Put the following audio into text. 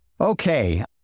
Okay